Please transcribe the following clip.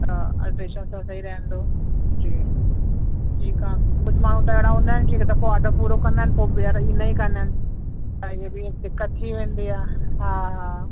त अल्ट्रेशन सां सही रहंदो जी ठीकु आहे कुझु माण्हू त अहिड़ा हूंदा आहिनि जीअं हिक दफ़ो ऑर्डर पूरो कंदा आहिनि पोइ ॿीहर ईंदा ई कोन आहिनि हा इहो बि दिक़त थी वेंदी आहे हा हा